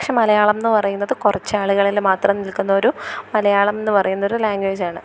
പക്ഷേ മലയാളം എന്നു പറയുന്നത് കുറച്ച് ആളുകളിൽ മാത്രം നിൽക്കുന്ന ഒരു മലയാളം എന്ന് പറയുന്നത് ഒരു ലാംഗേജ് ആണ്